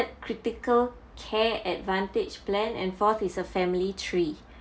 critical care advantage plan and fourth is a family tree